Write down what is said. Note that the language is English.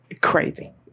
Crazy